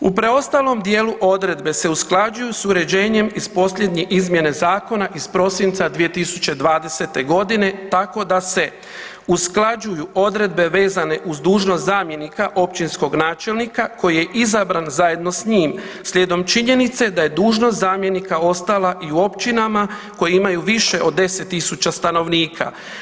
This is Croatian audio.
U preostalom dijelu odredbe se usklađuju sa uređenjem iz posljednje izmjene zakona iz prosinca 2020. godine tako da se usklađuju odredbe vezane uz dužnost zamjenika općinskog načelnika koji je izabran zajedno s njim slijedom činjenice da je dužnost zamjenika ostala i u općinama koji imaju više od 10000 stanovnika.